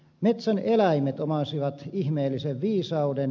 metsän eläimet omasivat ihmeellisen viisauden